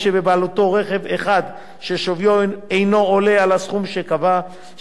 שבבעלותו רכב אחד ששוויו אינו עולה על הסכום שקבע.